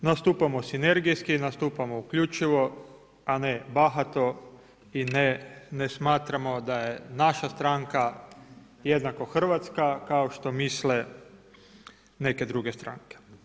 Dakle, nastupamo sinergijski, nastupamo uključivo a ne bahato i ne, ne smatramo da je naša stranka jednako Hrvatska kao što misle neke druge stranke.